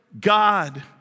God